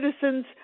citizens